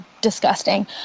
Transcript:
disgusting